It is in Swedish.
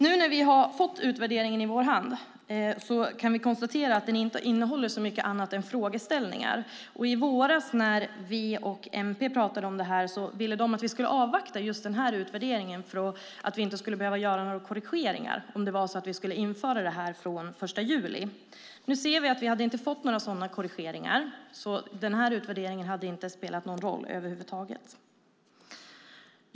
Nu när vi har fått utvärderingen i handen kan vi konstatera att den inte innehåller så mycket annat än frågeställningar. I våras, när vi och MP pratade om det här, ville de att vi skulle avvakta just denna utvärdering för att vi inte skulle behöva göra några korrigeringar om det var så att vi skulle införa det här från den 1 juli. Nu ser vi att vi inte hade fått några sådana korrigeringar. Denna utvärdering hade inte spelat någon roll över huvud taget.